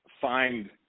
find